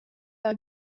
par